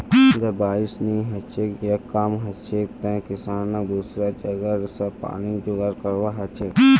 जब बारिश नी हछेक या कम हछेक तंए किसानक दुसरा जगह स पानीर जुगाड़ करवा हछेक